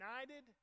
united